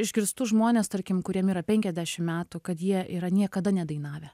išgirstu žmones tarkim kuriem yra penkiasdešimt metų kad jie yra niekada nedainavę